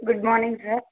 good morning sir